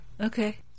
Okay